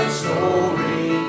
story